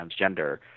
transgender